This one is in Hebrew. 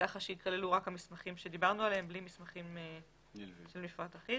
כך שייכלו רק המסמכים עליהם דיברנו בלי מסמכים שלך מפרט אחיד